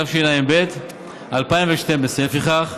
התשע"ב 2012. לפיכך,